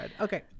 Okay